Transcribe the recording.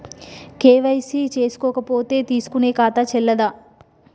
KYC చేసుకోకపోతే తీసుకునే ఖాతా చెల్లదా?